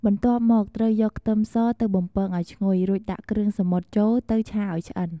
បន្ទាប់មក ត្រូវយកខ្ទឹមសទៅបំពងឱ្យឈ្ងុយ រួចដាក់គ្រឿងសមុទ្រចូលទៅឆាឱ្យឆ្អិន។